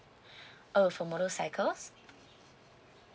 uh for motorcycles